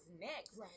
next